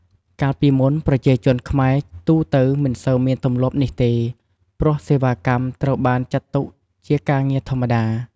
កាលពីមុន ប្រជាជនខ្មែរទូទៅមិនសូវមានទម្លាប់នេះទេ ព្រោះសេវាកម្មត្រូវបានចាត់ទុកជាការងារធម្មតា។